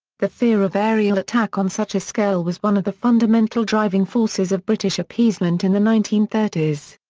the fear of aerial attack on such a scale was one of the fundamental driving forces of british appeasement in the nineteen thirty s.